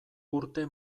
urte